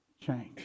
change